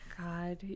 god